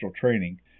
training